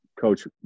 Coach